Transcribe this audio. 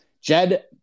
Jed